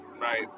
right